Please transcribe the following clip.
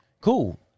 Cool